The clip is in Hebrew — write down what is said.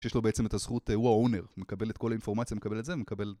שיש לו בעצם את הזכות הוא ה-Owner, מקבל את כל האינפורמציה, מקבל את זה, מקבל...